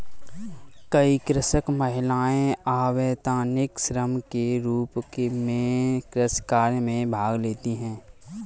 कई कृषक महिलाएं अवैतनिक श्रम के रूप में कृषि कार्य में भाग लेती हैं